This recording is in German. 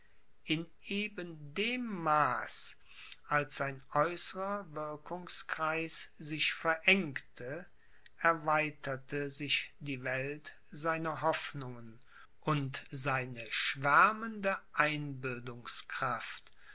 in eben dem maß als sein äußerer wirkungskreis sich verengte erweiterte sich die welt seiner hoffnungen und seine schwärmende